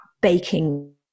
baking